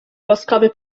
łaskawy